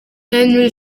henri